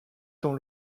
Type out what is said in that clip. dans